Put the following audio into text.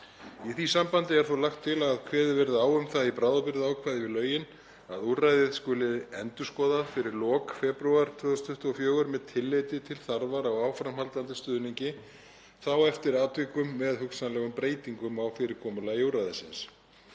Í því sambandi er þó lagt til að kveðið verði á um það í bráðabirgðaákvæði við lögin að úrrræðið skuli endurskoðað fyrir lok febrúar 2024 með tilliti til þarfar á áframhaldandi stuðningi, þá eftir atvikum með hugsanlegum breytingum á fyrirkomulagi úrræðisins.